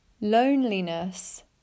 loneliness